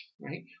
Right